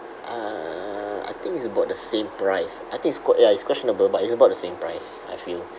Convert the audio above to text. uh I think is about the same price I think it's que~ ya it's questionable but it's about the same price I feel